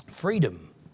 Freedom